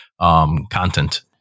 content